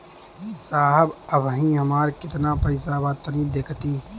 साहब अबहीं हमार कितना पइसा बा तनि देखति?